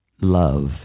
love